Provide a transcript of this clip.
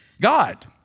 God